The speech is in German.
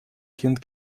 kind